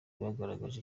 bagaragaje